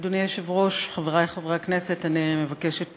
אדוני היושב-ראש, חברי חברי הכנסת, אני מבקשת